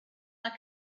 like